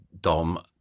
Dom